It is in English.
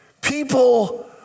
People